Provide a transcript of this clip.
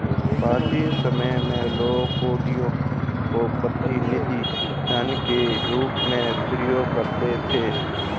प्राचीन समय में लोग कौड़ियों को प्रतिनिधि धन के रूप में प्रयोग करते थे